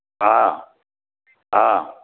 ஆ ஆ